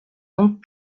donc